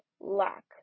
lack